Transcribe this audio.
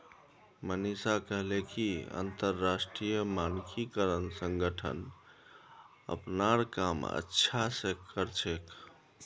मनीषा कहले कि अंतरराष्ट्रीय मानकीकरण संगठन अपनार काम अच्छा स कर छेक